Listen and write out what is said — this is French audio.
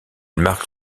marque